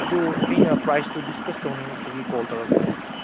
ꯑꯗꯨ ꯑꯩꯅ ꯄ꯭ꯔꯥꯏꯖꯇꯨ ꯗꯤꯁꯀꯁ ꯇꯧꯅꯤꯡꯕꯒꯤ ꯀꯣꯜ ꯇꯧꯔꯛꯄꯅꯦ